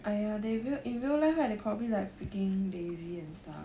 !aiya! they real in real life right they probably like freaking lazy and stuff